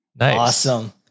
Awesome